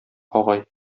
агай